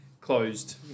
closed